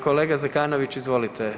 Kolega Zekanović izvolite.